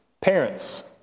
Parents